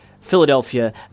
Philadelphia